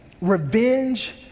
Revenge